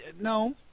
No